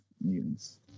mutants